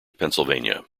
pennsylvania